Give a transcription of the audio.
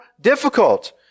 difficult